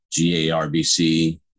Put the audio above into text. GARBC